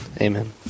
Amen